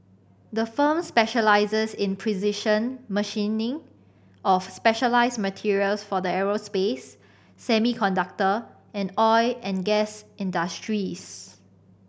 the firm specialises in precision machining of specialised materials for the aerospace semiconductor and oil and gas industries